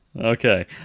Okay